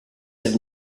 have